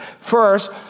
First